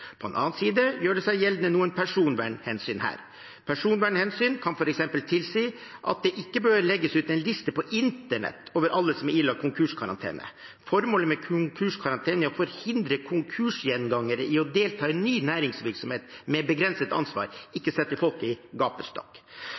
På den annen side gjør det seg gjeldende noen personvernhensyn her. Personvernhensyn kan f.eks. tilsi at det ikke bør legges ut en liste på internett over alle som er ilagt konkurskarantene. Formålet med konkurskarantene er å forhindre konkursgjengangere i å delta i ny næringsvirksomhet med begrenset ansvar, ikke å sette folk i gapestokk.